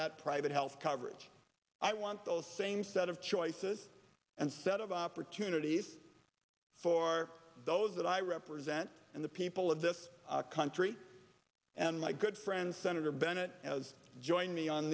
that private health coverage i want those same set of choices and set of opportunities for those that i represent and the people of this country and my good friend senator bennett has joined me on